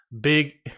Big